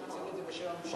הוא מציג את זה בשם הממשלה.